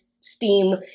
STEAM